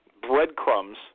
breadcrumbs